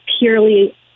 purely